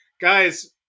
guys